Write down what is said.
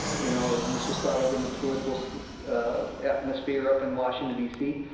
you know and this was thought of in the political atmosphere up in washington, d c.